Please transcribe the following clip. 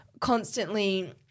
constantly